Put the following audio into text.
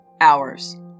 hours